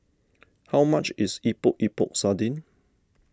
how much is Epok Epok Sardin